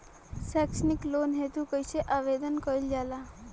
सैक्षणिक लोन हेतु कइसे आवेदन कइल जाला?